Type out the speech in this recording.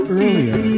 earlier